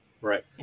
Right